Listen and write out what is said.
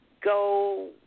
go